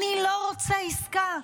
אני לא רוצה עסקה.